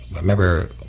remember